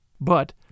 But